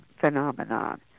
phenomenon